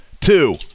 Two